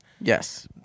Yes